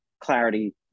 clarity